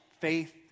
faith